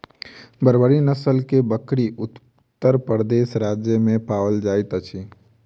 बर्बरी नस्ल के बकरी उत्तर प्रदेश राज्य में पाओल जाइत अछि